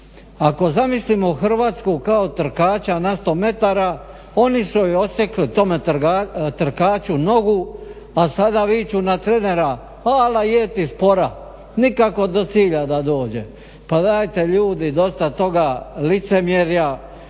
Ako zamislimo Hrvatsku kao trkača na 100 metara, oni su joj odsjekli, tome trkaču nogu a sada viču na trenera ala je ti spora, nikako do cilja da dođe. Pa dajte ljudi, dosta toga licemjerja,